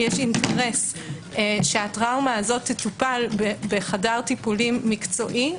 יש אינטרס שהיא תטופל בחדר טיפולים מקצועי,